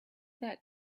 that